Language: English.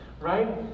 right